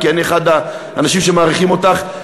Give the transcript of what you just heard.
כי אני אחד האנשים שמעריכים אותך,